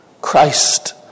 Christ